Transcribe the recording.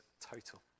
total